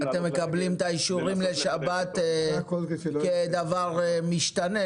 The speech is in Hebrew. לנסות --- אתם מקבלים את האישורים לשבת כדבר משתנה?